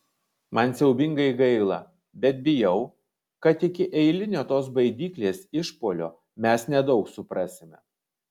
man siaubingai gaila bet bijau kad iki eilinio tos baidyklės išpuolio mes nedaug suprasime